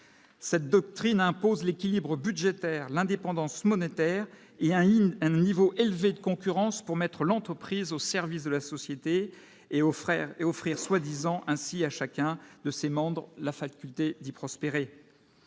cette doctrine impose l'équilibre budgétaire, l'indépendance monétaire, il y a un un niveau élevé de concurrence pour mettre l'entreprise au service de la société et aux Frères et offrir soi-disant ainsi à chacun de ses membres, la faculté d'y prospérer,